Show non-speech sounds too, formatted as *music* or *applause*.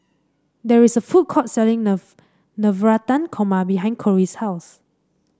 there is a food court selling *unintelligible* Navratan Korma behind Cory's house